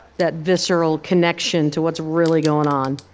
that visceral connection to what's really going on.